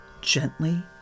gently